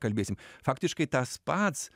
kalbėsim faktiškai tas pats